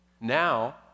Now